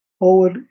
over